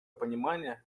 понимание